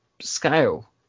Scale